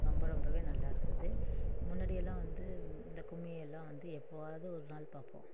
ரொம்ப ரொம்பவே நல்லா இருக்குது முன்னாடியெல்லாம் வந்து இந்த கும்மியெல்லாம் வந்து எப்போவாது ஒரு நாள் பார்ப்போம்